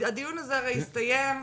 הדיון הזה הרי יסתיים,